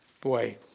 Boy